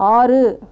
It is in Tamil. ஆறு